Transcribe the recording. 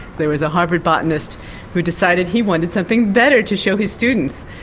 there was a harvard botanist who decided he wanted something better to show his students,